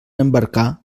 embarcar